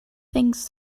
things